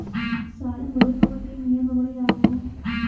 ಸಾಲ ಮರುಪಾವತಿಯ ನಿಯಮಗಳು ಯಾವುವು?